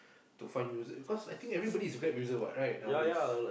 to find user cause I think everybody is grab user what right nowadays